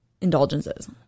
indulgences